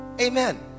amen